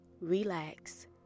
relax